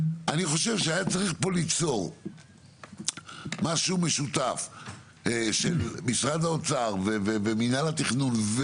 אני חושב שהיה צריך פה ליצור משהו משותף של משרד האוצר ומינהל התכנון,